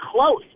close